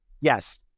Yes